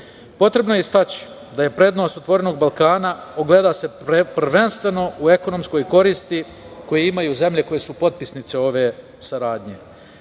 regionu. Potrebno je istaći da prednost „Otvorenog Balkana“ ogleda se prvenstveno u ekonomskoj koristi, koje imaju zemlje koje su potpisnice ove saradnje.